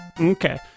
Okay